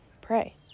Pray